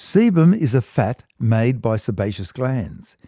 sebum is a fat made by sebaceous glands.